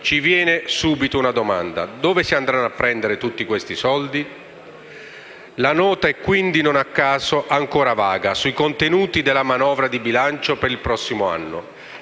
ci viene una domanda: dove si andranno a prendere tutti questi soldi? La Nota è quindi, non a caso, ancora vaga sui contenuti della manovra di bilancio per il prossimo anno.